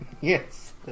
Yes